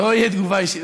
לא תהיה תגובה אישית.